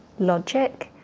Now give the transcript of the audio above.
logic,